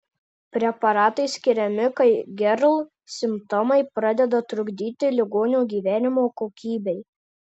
preparatai skiriami kai gerl simptomai pradeda trukdyti ligonio gyvenimo kokybei